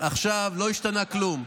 לא השתנה כלום.